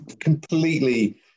completely